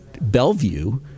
Bellevue